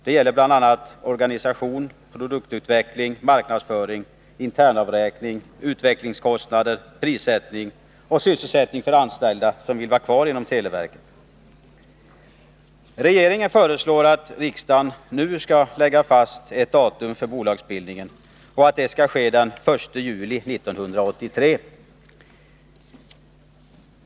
Det gäller bl.a. frågor som organisation, produktutveckling, marknadsföring, intern avräkning, utvecklingskostnader, prissättning och sysselsättning för anställda som vill vara kvar inom televerket. Regeringen föreslår att riksdagen nu skall lägga fast datum för bolagsbildningen till den 1 juli 1983.